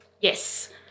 Yes